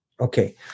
Okay